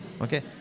Okay